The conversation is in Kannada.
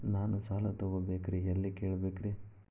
ನಾನು ಸಾಲ ತೊಗೋಬೇಕ್ರಿ ಎಲ್ಲ ಕೇಳಬೇಕ್ರಿ?